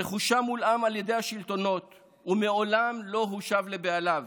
רכושם הולאם על ידי השלטונות ומעולם לא הושב לבעליו.